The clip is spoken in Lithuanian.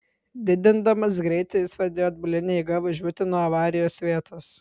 didindamas greitį jis pradėjo atbuline eiga važiuoti nuo avarijos vietos